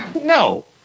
No